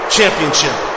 Championship